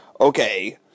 Okay